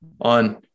on